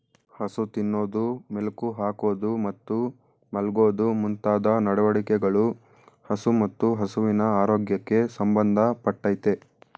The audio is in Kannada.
ಹಸು ತಿನ್ನೋದು ಮೆಲುಕು ಹಾಕೋದು ಮತ್ತು ಮಲ್ಗೋದು ಮುಂತಾದ ನಡವಳಿಕೆಗಳು ಹಸು ಮತ್ತು ಹಸುವಿನ ಆರೋಗ್ಯಕ್ಕೆ ಸಂಬಂಧ ಪಟ್ಟಯ್ತೆ